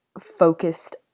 focused